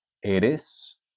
¿Eres